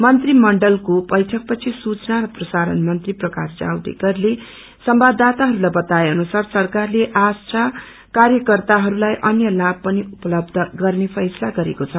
मंत्रीमण्डलको बैइकपछि सुचना र प्रसारण मंत्री प्रकाश जावड्रेकरले संवददाताहरूलाई बताए अनुसार सरकारले आशा कार्यकर्ताहरूलाई अन्य लाभ पनि उपलब्ध गर्ने फैसला गरेको छ